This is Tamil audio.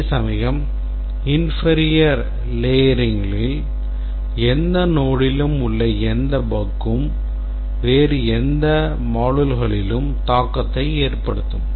அதே சமயம் inferior layeringளில் எந்த nodeலும் உள்ள எந்த bugம் வேறு எந்த moduleலும் தாக்கத்தை ஏற்படுத்தும்